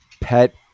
pet